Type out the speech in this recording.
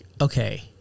okay